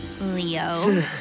Leo